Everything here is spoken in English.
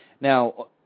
Now